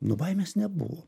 nu baimės nebuvo